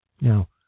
Now